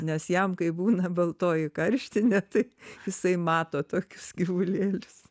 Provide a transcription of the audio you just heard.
nes jam kai būna baltoji karštinė tai jisai mato tokius gyvulėlius